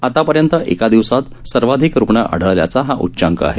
आतापर्यंत एका दिवसात सर्वाधिक रुग्ण आढळल्याचा हा उच्चांक आहे